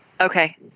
Okay